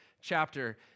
chapter